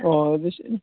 अ इदिसो